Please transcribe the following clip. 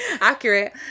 Accurate